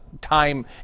time